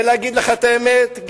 ולהגיד לך את האמת,